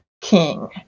king